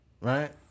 Right